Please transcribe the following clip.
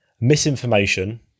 misinformation